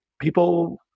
people